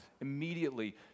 Immediately